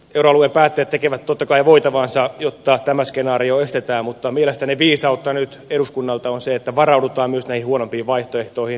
euroalueen päättäjät tekevät totta kai voitavansa jotta tämä skenaario estetään mutta mielestäni viisautta nyt eduskunnalta on se että varaudutaan myös näihin huonompiin vaihtoehtoihin